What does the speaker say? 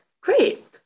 Great